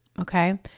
Okay